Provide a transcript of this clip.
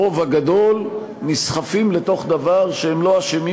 הרוב הגדול נסחפים לתוך דבר שהם לא אשמים